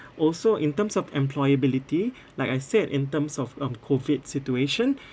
also in terms of employability like I said in terms of um COVID situation